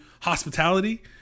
hospitality